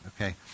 okay